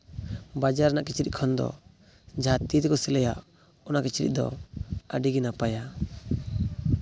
ᱵᱟᱡᱟᱨ ᱨᱮᱱᱟᱜ ᱠᱤᱪᱨᱤᱡ ᱠᱷᱚᱱᱫᱚ ᱡᱟᱦᱟᱸ ᱛᱤ ᱛᱮᱠᱚ ᱥᱤᱞᱟᱹᱭᱟ ᱚᱱᱟ ᱠᱤᱪᱨᱤᱡ ᱫᱚ ᱟᱹᱰᱤᱜᱮ ᱱᱟᱯᱟᱭᱟ